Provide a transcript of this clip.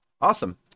awesome